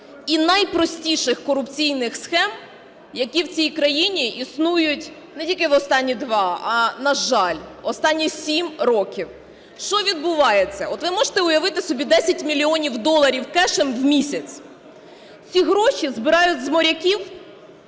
і найпростіших корупційних схем, які в цій країні існують не тільки в останні два, а, на жаль, останні сім років. Що відбувається? От ви можете уявити собі 10 мільйонів доларів кешем в місяць? Ці гроші збирають з моряків